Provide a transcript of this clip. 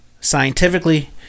scientifically